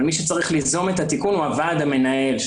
אבל מי שצריך ליזום את התיקון הוא הוועד המנהל,